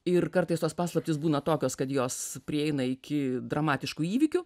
ir kartais tos paslaptys būna tokios kad jos prieina iki dramatiškų įvykių